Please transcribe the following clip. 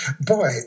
Boy